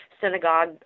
synagogue